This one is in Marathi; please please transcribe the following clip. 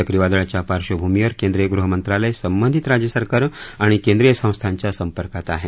चक्रीवादळाच्या पार्वभूमीवर केंद्रीय गृह मंत्रालय संबंधित राज्य सरकारं आणि केंद्रीय संस्थांच्या संपर्कात आहे